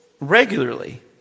regularly